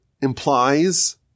implies